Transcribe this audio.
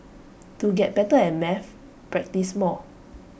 to get better at maths practise more